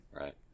Right